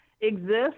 exist